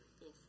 Yes